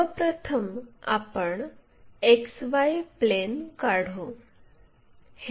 सर्व प्रथम आपण XY प्लेन काढू